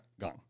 gone